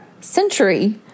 century